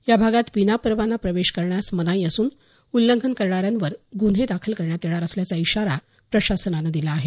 या भागात विनापरवाना प्रवेश करण्यास मनाई असून उल्लंघन करणाऱ्यांवर गुन्हे दाखल करण्यात येणार असल्याचा इशारा प्रशासनानं दिला आहे